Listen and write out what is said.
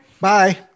Bye